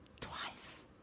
Twice